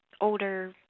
older